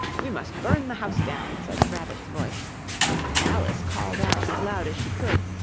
we must burn the house down said the rabbit's voice and alice called out as loud as she could,